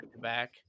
back